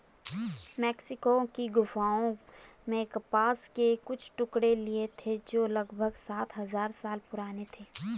Mexico की गुफाओं में कपास के कुछ टुकड़े मिले थे जो लगभग सात हजार साल पुराने थे